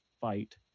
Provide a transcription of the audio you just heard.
fight